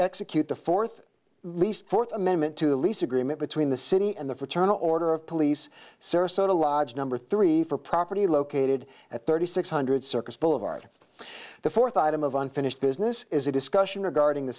execute the fourth least fourth amendment to the lease agreement between the city and the fraternal order of police sarasota lodge number three for property located at thirty six hundred circus boulevard the fourth item of unfinished business is a discussion regarding the